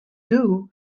two